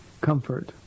Comfort